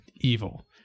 evil